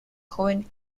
joven